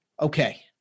okay